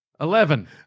Eleven